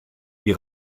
die